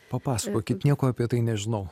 papasakokit nieko apie tai nežinau